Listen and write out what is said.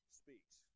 speaks